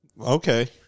Okay